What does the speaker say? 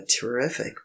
terrific